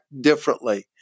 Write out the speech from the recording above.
differently